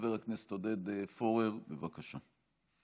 חבר הכנסת עודד פורר, בבקשה.